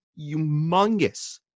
humongous